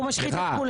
חברים ובני משפחה.